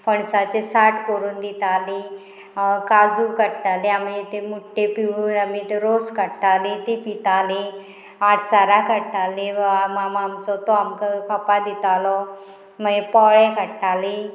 फणसाचे साठ करून दिताली काजू काडटाली आमी ते मुट्टे पिळून आमी ते रोस काडटाली ती पिताली आडसारा काडटाली मामा आमचो तो आमकां खपा दितालो मागीर पोळे काडटाली